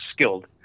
skilled